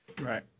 Right